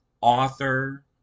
author